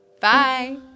Bye